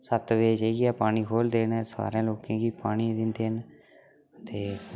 सत्त बजे जाइयै पानी खोलदे न सारे लोकें गी पानी दिंदे न ते